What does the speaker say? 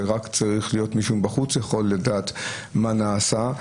זה רק צריך להיות מישהו שיכול לדעת מה נעשה,